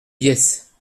bies